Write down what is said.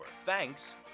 thanks